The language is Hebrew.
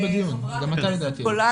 חברת הכנסת גולן,